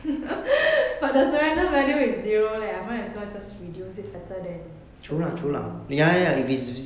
but the surrender value is zero leh I might as well just reduce it better than surrendering